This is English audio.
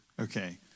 Okay